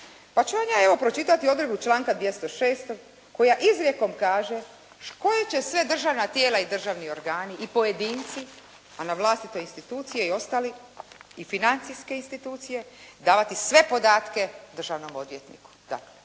Pa ću ja ovdje evo pročitati odredbu članka 206. koja izrijekom kaže koja će sve državna tijela i državni organi i pojedinci, a na vlastito institucije i ostali i financijske institucije davati sve podatke državnom odvjetniku